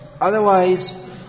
Otherwise